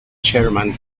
chairman